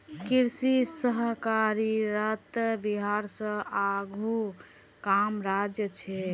कृषि सहकारितात बिहार स आघु कम राज्य छेक